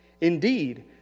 Indeed